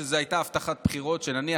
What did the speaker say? שזו הייתה הבטחת בחירות שנניח,